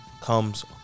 Comes